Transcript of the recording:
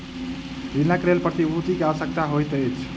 ऋणक लेल प्रतिभूति के आवश्यकता होइत अछि